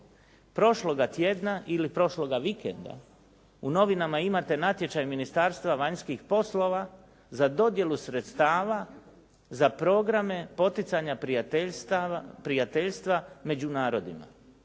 prošloga tjedna ili prošloga vikenda u novinama imate natječaj Ministarstva vanjskih poslova za dodjelu sredstava za programe poticanja prijateljstva među narodima.